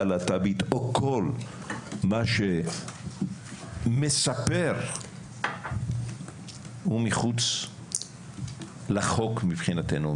הלהט"בית או כל מה שמספר הוא מחוץ לחוק מבחינתנו,